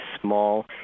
small